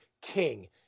King